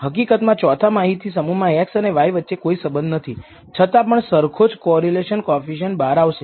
હકીકતમાં ચોથા માહિતી સમૂહમાં x અને y વચ્ચે કોઈ સંબંધ નથી છતાં પણ સરખો જ કોરિલેશન કોએફિસિએંટ બહાર આવશે